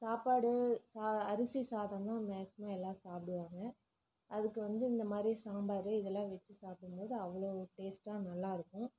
சாப்பாடு சா அரிசி சாதந்தான் மேக்ஸிமம் எல்லாம் சாப்பிடுவாங்க அதுக்கு வந்து இந்தமாதிரி சாம்பார் இதெல்லாம் வெச்சு சாப்பிடும்போது அவ்வளோ ஒரு டேஸ்ட்டாக நல்லாயிருக்கும்